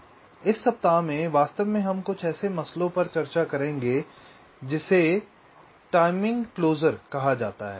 आज इस सप्ताह में वास्तव में हम कुछ ऐसे मसले पर चर्चा करेंगे जिसे टाइमिंग क्लोज़र कहा जाता है